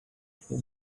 him